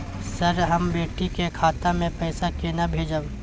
Sir, हम बेटी के खाता मे पैसा केना भेजब?